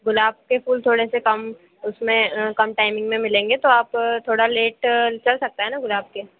गुलाब के फूल थोड़े से कम उसमें कम टाइमिंग में मिलेंगे तो आप थोड़ा लेट चल सकता है ना गुलाब के